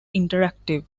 interactive